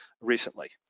recently